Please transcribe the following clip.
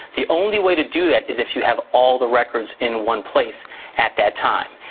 the only way to do that is if you have all the records in one place at that time.